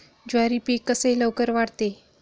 ज्वारी पीक कसे लवकर वाढते?